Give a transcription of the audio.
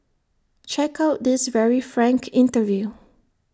check out this very frank interview